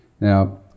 Now